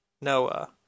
Noah